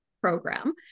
program